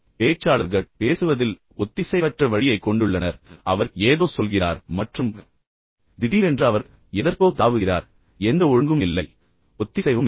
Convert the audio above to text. பேச்சாளர்கள் பேசுவதில் ஒத்திசைவற்ற வழியைக் கொண்டுள்ளனர் எனவே அவர் ஏதோ சொல்கிறார் மற்றும் பின்னர் திடீரென்று அவர் எதற்கோ தாவுகிறார் பின்னர் எந்த ஒழுங்கும் இல்லை ஒத்திசைவும் இல்லை